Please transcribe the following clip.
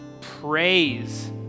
praise